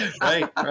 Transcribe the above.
right